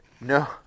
no